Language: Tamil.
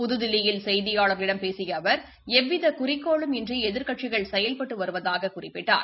புதுதில்லியில் செய்தியாளா்களிடம் பேசிய அவர் எவ்வித குறிக்கோளும் இன்றி எதிா்க்கட்சிகள் செயல்பட்டு வருவதாகக் குறிப்பிட்டார்